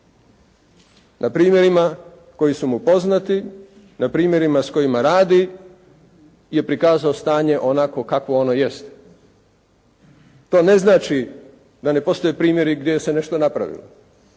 na primjerima koji su mu poznati, na primjerima s kojima radi je prikazao stanje onakvo kakvo ono jeste. To ne znači da ne postoje primjeri gdje se nešto napravilo,